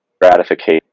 gratification